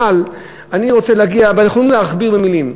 אנחנו יכולים להכביר מילים.